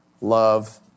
love